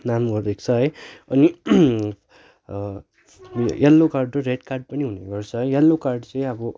नाम गरिदिएको छ है अनि यल्लो कार्ड र रेड कार्ड पनि हुने गर्छ है यल्लो कार्ड चाहिँ अब